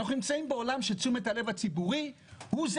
אנחנו נמצאים בעולם שתשומת הלב הציבורי הוא זה